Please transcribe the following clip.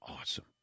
awesome